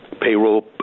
payroll